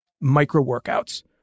Micro-workouts